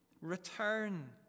Return